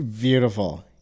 beautiful